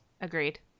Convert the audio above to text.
Agreed